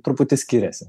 truputį skiriasi